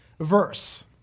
verse